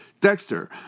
Dexter